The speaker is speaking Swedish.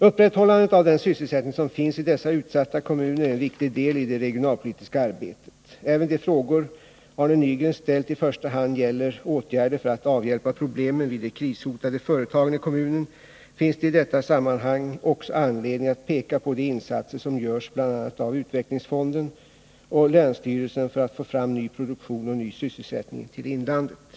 Upprätthållandet av den sysselsättning som finns i dessa utsatta kommuner är en viktig del i det regionalpolitiska arbetet. Även om de frågor Arne Nygren ställt i första hand gäller åtgärder för att avhjälpa problemen vid de krishotade företagen i kommunen, finns det i detta sammanhang också anledning att peka på de insatser som görs av bl.a. utvecklingsfonden och länsstyrelsen för att få fram ny produktion och ny sysselsättning till inlandet.